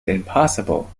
impossible